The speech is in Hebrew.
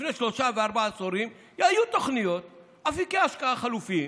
לפני שלושה וארבעה עשורים היו תוכניות אפיקי השקעה חלופיים,